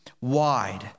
wide